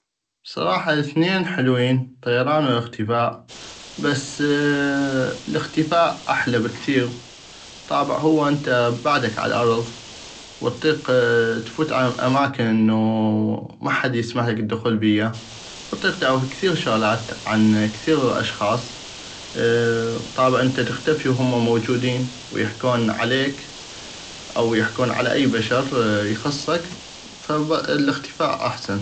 بصراحة الاثنين حلوين الطيران والاختفاء بس الاختفاء احلى بكثيغ طابع هو انو بعدك على الارض واطيق تفوت على اماكن انو محد يسمحلك الدخول بيا واطيق تعغف كثيغ شغلات عن كثيغ اشخاص طابع انو انت تختفي وهما موجودين ويحكون عليك او يحكون على اي بشر يخصك فالختفاء احسن.